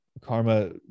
Karma